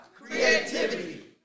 creativity